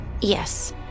Yes